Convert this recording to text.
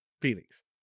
Phoenix